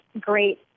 great